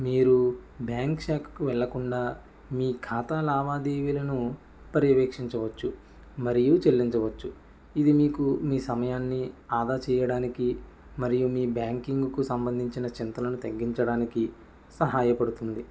మీరు బ్యాంక్ శాఖకు వెళ్ళకుండా మీ ఖాతా లావాదేవీలను పర్యవేక్షించవచ్చు మరియు చెల్లించవచ్చు ఇది మీకు మీ సమయాన్ని ఆదా చేయడానికి మరియు బ్యాంకింగ్ కు సంబందించిన చింతలను తగ్గించడానికి సహాయపడుతుంది